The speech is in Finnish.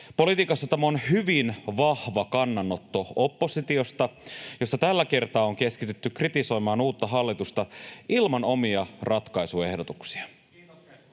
Politiikassa tämä on hyvin vahva kannanotto oppositiosta, jossa tällä kertaa on keskitytty kritisoimaan uutta hallitusta ilman omia ratkaisuehdotuksia.